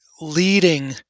leading